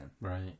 Right